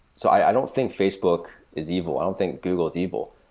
so i don't think facebook is evil. i don't think google is evil.